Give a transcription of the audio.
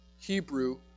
Hebrew